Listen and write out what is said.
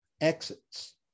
exits